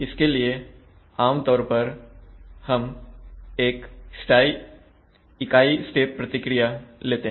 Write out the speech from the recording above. इसके लिए आमतौर पर हम एक इकाई स्टेप प्रतिक्रिया लेते हैं